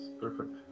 Perfect